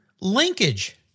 Linkage